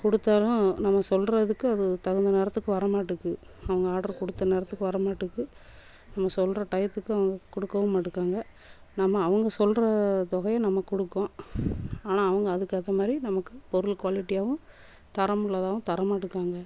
கொடுத்தாலும் நம்ம சொல்லுறதுக்கு அது தகுந்த நேரத்துக்கு வர மாட்டக்கு அவங்க ஆர்டர் கொடுத்த நேரத்துக்கு வர மாட்டக்கு நம்ம சொல்லுற டயத்துக்கு அவங்க கொடுக்கவும் மாட்டக்காங்க நம்ம அவங்க சொல்லுற தொகையை நம்ம கொடுக்கோம் ஆனால் அவங்க அதுக்கேத்தமாதிரி நமக்கு பொருள் குவாலிட்டியாகவும் தரம் உள்ளதாகவும் தர மாட்டக்காங்க